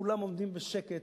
כולם עומדים בשקט,